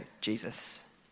Jesus